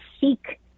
seek